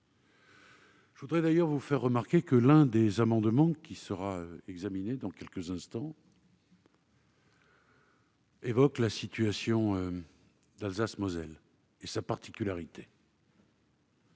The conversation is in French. Je voudrais d'ailleurs vous faire remarquer que l'un des amendements qui seront examinés dans quelques instants évoque la situation particulière